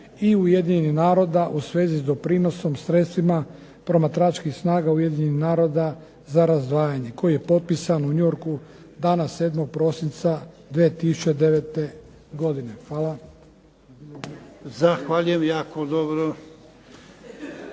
i Ujedinjenih naroda u svezi s doprinosom sredstvima promatračkih snaga Ujedinjenih naroda za razdvajanje, koji je potpisan u New Yorku dana 7. prosinca 2009. godine. Hvala. **Jarnjak, Ivan